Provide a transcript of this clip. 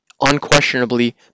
unquestionably